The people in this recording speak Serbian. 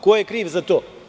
Ko je kriv za to?